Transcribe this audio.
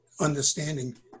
understanding